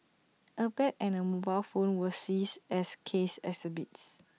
A bag and A mobile phone were seized as case exhibits